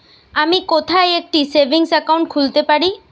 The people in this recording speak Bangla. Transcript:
আমি কোথায় একটি সেভিংস অ্যাকাউন্ট খুলতে পারি?